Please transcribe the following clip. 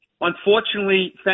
Unfortunately